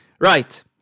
Right